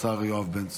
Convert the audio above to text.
השר יואב בן צור,